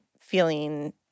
feeling